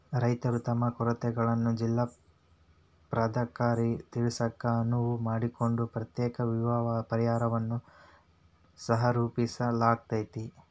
ರೈತರು ತಮ್ಮ ಕೊರತೆಗಳನ್ನ ಜಿಲ್ಲಾ ಪ್ರಾಧಿಕಾರಕ್ಕ ತಿಳಿಸಾಕ ಅನುವು ಮಾಡಿಕೊಡೊ ಪ್ರತ್ಯೇಕ ವಿವಾದ ಪರಿಹಾರನ್ನ ಸಹರೂಪಿಸಲಾಗ್ಯಾತಿ